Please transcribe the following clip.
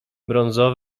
brązo